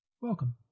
Welcome